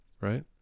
Right